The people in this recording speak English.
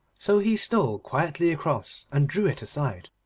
so he stole quietly across, and drew it aside.